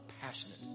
passionate